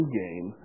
game